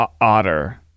otter